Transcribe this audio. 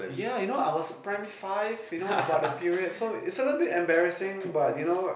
yeah you know I was primary five you know about that period so it's a little embarrassing but you know